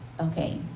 okay